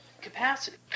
capacity